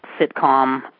sitcom